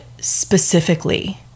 specifically